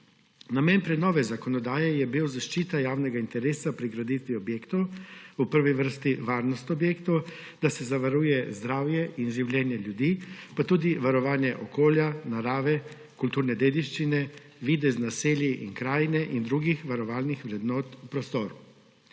Namen prenove zakonodaje je bil zaščita javnega interesa pri graditvi objektov, v prvi vrsti varnost objektov, da se zavaruje zdravje in življenje ljudi, pa tudi varovanje okolja, narave, kulturne dediščine, videz naselij in krajine in drugih varovalnih vrednot v prostoru.